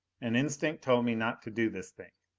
an instinct told me not to do this thing.